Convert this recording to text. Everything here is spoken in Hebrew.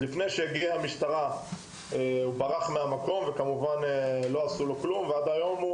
עוד לפני שהגיעה הניידת ולא עשו לו דבר עד היום.